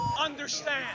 understand